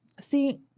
See